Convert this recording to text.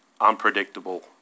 unpredictable